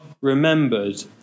remembered